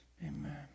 Amen